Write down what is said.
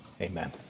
Amen